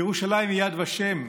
ירושלים היא יד ושם,